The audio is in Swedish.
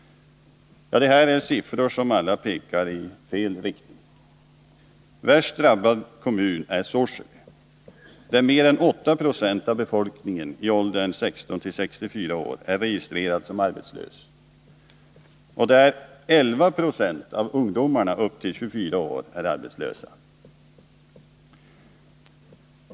Det här är siffror som alla pekar i fel riktning. Värst drabbad kommun är Sorsele, där mer än 8 Zo av befolkningen i åldern 16-64 år är registrerad som arbetslös och där 11 96 av ungdomarna upp till 24 år är arbetslösa.